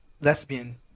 lesbian